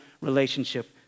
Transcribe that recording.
relationship